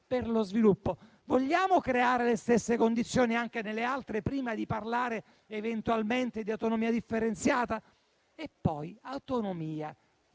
per lo sviluppo, vogliamo creare le stesse condizioni anche nelle altre prima di parlare eventualmente di autonomia differenziata? Parliamo di autonomia